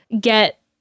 get